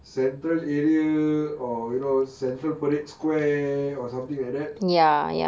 central area or you know central parade square or something like that